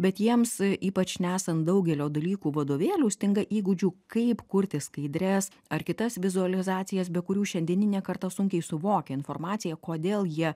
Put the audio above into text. bet jiems ypač nesant daugelio dalykų vadovėlių stinga įgūdžių kaip kurti skaidres ar kitas vizualizacijas be kurių šiandieninė karta sunkiai suvokia informaciją kodėl jie